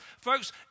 Folks